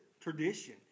tradition